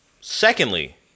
secondly